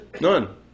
None